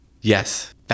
Yes